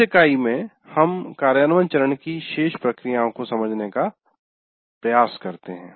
इस इकाई में हम कार्यान्वयन चरण की शेष प्रक्रियाओं को समझने का प्रयास करते हैं